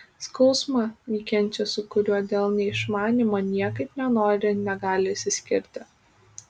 skausmą ji kenčia su kuriuo dėl neišmanymo niekaip nenori ir negali išsiskirti